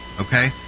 Okay